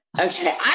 Okay